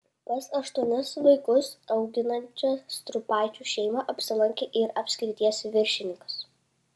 pas aštuonis vaikus auginančią striupaičių šeimą apsilankė ir apskrities viršininkas